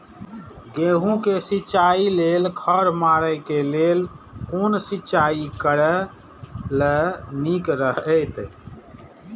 गेहूँ के सिंचाई लेल खर मारे के लेल कोन सिंचाई करे ल नीक रहैत?